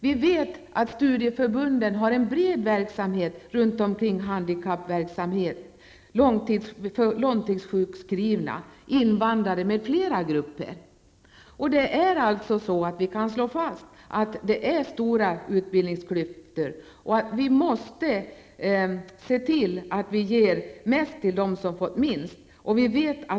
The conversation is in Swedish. Vi vet att studieförbunden har en bred verksamhet med handikappade, långtidssjukskrivna, invandrare m.fl. grupper. Vi kan alltså slå fast att det finns stora utbildningsklyftor, och vi måste se till att ge mest till dem som har fått minst.